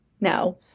No